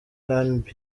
rnb